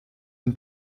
une